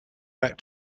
back